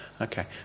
Okay